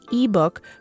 ebook